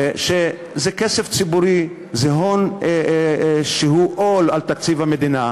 שזה כסף ציבורי, זה הון שהוא עול על תקציב המדינה.